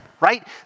right